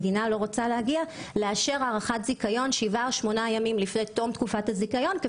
להגיע לאישור הארכת זיכיון שמונה ימים לפני תום תקופת זיכיון קודם,